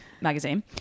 magazine